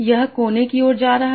यह कोने की ओर जा रहा है